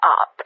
up